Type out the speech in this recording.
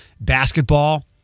basketball